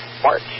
March